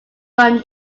run